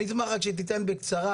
אני אשמח רק שהיא תיתן בקצרה,